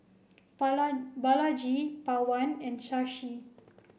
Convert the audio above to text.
Bala Balaji Pawan and Shashi